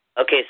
Okay